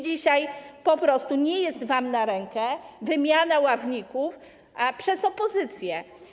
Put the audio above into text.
Dzisiaj po prostu nie jest wam na rękę wymiana ławników przez opozycję.